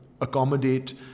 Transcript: accommodate